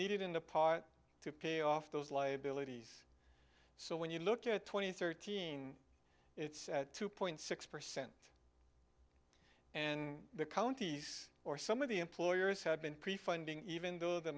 needed in the pot to pay off those liabilities so when you look at twenty thirteen it's two point six percent and the counties or some of the employers have been prefunding even though the